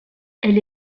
elle